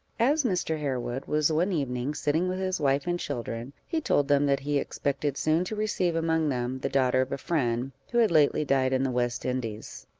as mr. harewood was one evening sitting with his wife and children, he told them that he expected soon to receive among them the daughter of a friend, who had lately died in the west indies.